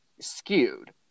skewed